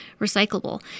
recyclable